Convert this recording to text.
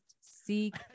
seek